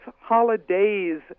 holidays